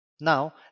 Now